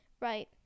Right